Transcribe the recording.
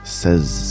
says